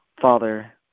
Father